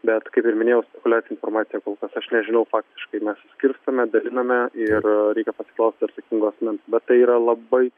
bet kaip ir minėjau spekuliuoti informacija kol kas aš nežinau faktiškai mes suskirstome daliname ir reikia to atsakingo asmens bet tai yra labai